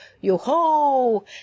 Yo-ho